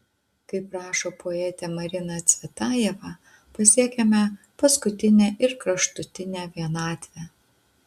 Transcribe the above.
kaip rašo poetė marina cvetajeva pasiekiame paskutinę ir kraštutinę vienatvę